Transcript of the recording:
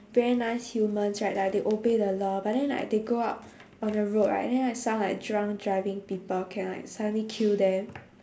very nice humans right like they obey the law but then like they go out on the road right then like some like drunk driving people can like suddenly kill them